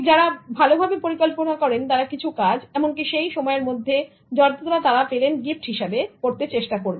যারা ভালোভাবে পরিকল্পনা করেন তারা কিছু কাজ এমনকি সেই সময়ের মধ্যে যতটা তারা পেলেন গিফট হিসেবে করতে চেষ্টা করবেন